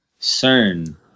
CERN